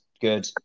good